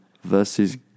versus